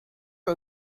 for